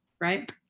right